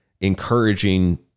encouraging